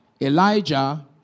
Elijah